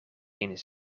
één